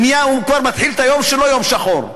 וכבר מתחיל את היום שלו כיום שחור.